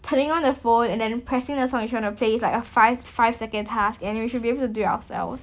putting on the phone and then pressing the song you're trying to play is like a five five second task and you should be able to do it ourselves